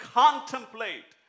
contemplate